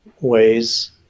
ways